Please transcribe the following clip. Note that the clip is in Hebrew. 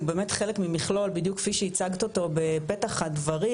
הוא באמת חלק כמכלול בדיוק כפי שהצגת אותו בפתח הדברים,